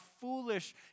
foolish